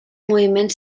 moviment